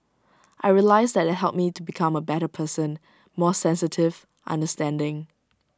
I realised that IT helped me to become A better person more sensitive understanding